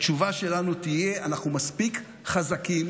התשובה שלנו תהיה: אנחנו מספיק חזקים